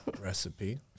recipe